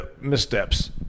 missteps